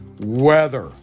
weather